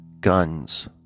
guns